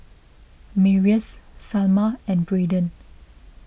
Marius Salma and Braiden